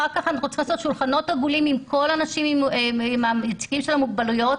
אחר כך שולחנות עגולים עם הנציגים של המוגבלויות,